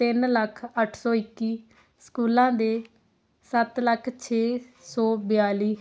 ਤਿੰਨ ਲੱਖ ਅੱਠ ਸੌ ਇੱਕੀ ਸਕੂਲਾਂ ਦੇ ਸੱਤ ਲੱਖ ਛੇ ਸੌ ਬਤਾਲੀ